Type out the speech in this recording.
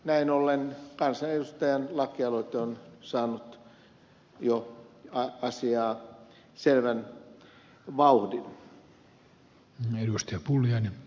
näin ollen kansanedustajan lakialoite on saanut jo asiaan selvän vauhdin